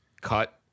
cut